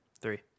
Three